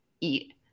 eat